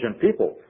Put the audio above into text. people